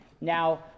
Now